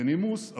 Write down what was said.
בנימוס,